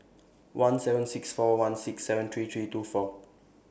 seven six four one six seven three three two four